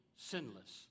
sinless